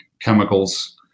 chemicals